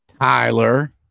Tyler